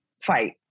fight